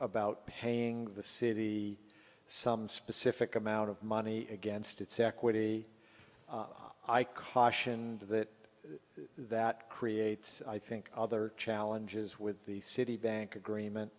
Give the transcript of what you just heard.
about paying the city some specific amount of money against its equity i cautioned that that creates i think other challenges with the citibank agreement